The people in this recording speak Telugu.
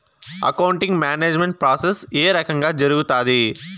అకౌంటింగ్ మేనేజ్మెంట్ ప్రాసెస్ ఏ రకంగా జరుగుతాది